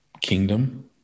kingdom